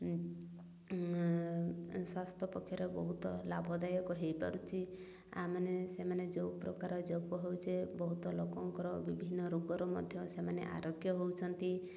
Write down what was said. ସ୍ୱାସ୍ଥ୍ୟ ପକ୍ଷରେ ବହୁତ ଲାଭଦାୟକ ହୋଇପାରୁଛି ଆମାନେ ସେମାନେ ଯେଉଁ ପ୍ରକାର ଯୋଗ ହେଉଛି ବହୁତ ଲୋକଙ୍କର ବିଭିନ୍ନ ରୋଗରୁ ମଧ୍ୟ ସେମାନେ ଆରୋଗ୍ୟ ହେଉଛନ୍ତି